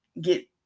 get